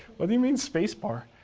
what do you mean spacebar?